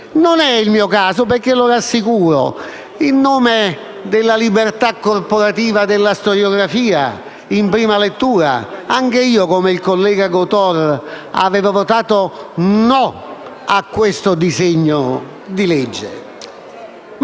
Non è il mio caso, perché (lo rassicuro), in nome della libertà corporativa della storiografia, in prima lettura anch'io, come il collega Gotor, avevo votato contro questo disegno di legge.